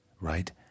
Right